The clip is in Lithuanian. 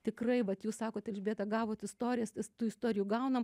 tikrai vat jūs sakot elžbieta gavot istorijas tų istorijų gaunam